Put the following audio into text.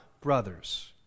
Brothers